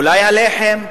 אולי הלחם,